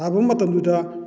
ꯊꯥꯕ ꯃꯇꯝꯗꯨꯗ